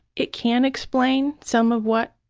it can explain some of what